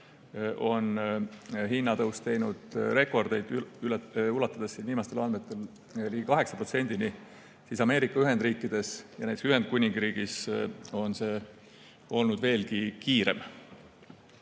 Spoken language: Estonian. on hinnatõus teinud rekordeid, ulatudes viimastel andmetel ligi 8%‑ni, siis Ameerika Ühendriikides ja näiteks Ühendkuningriigis on see olnud veelgi kiirem.